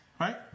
Right